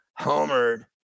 homered